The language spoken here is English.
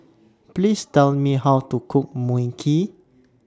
Please Tell Me How to Cook Mui Kee